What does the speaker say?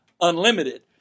unlimited